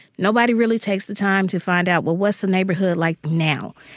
nobody really takes the time to find out, well, what's the neighborhood like now?